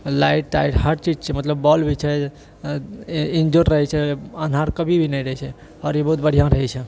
light ताइट हर चीज छै मतलब बॉल्ब भी छै इजोर रहय छै अन्हार कभी भी नहि रहए छै आओर ई बहुत बढ़िआँ रहए छै